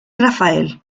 rafael